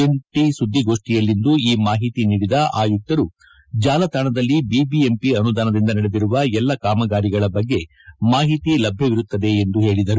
ಜಂಟಿ ಸುದ್ದಿಗೋಷ್ಠಿಯಲ್ಲಿಂದು ಈ ಮಾಹಿತಿ ನೀಡಿದ ಆಯುತ್ತರು ಜಾಲತಾಣದಲ್ಲಿ ವಿಬಿಎಂಪಿ ಅನುದಾನದಿಂದ ನಡೆದಿರುವ ಎಲ್ಲಾ ಕಾಮಗಾರಿಗಳ ಮಾಹಿತಿ ಲಭ್ಯವಿರಲಿದೆ ಎಂದು ತಿಳಿಸಿದರು